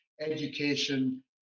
education